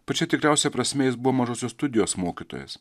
pačia tikriausia prasme jis buvo mažosios studijos mokytojas